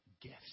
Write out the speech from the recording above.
gifts